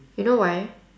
you know why